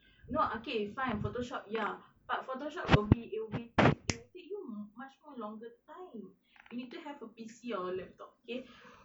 no okay fine photoshop ya but photoshop for me it will take it will take you much more longer time you need to have a P_C or your laptop okay